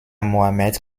mohammed